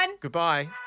Goodbye